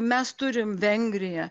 mes turim vengriją